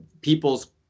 people's